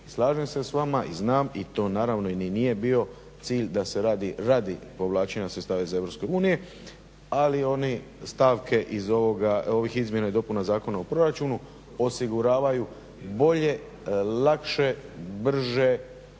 Slažem se s vama i znam i to naravno ni nije bio cilj da se radi radi povlačenja sredstava iz EU, ali one stavke iz ovih izmjena i dopuna Zakona o proračunu osiguravaju bolje, lakše, brže